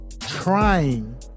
trying